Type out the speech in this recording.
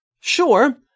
Sure